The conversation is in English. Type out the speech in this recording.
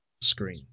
screen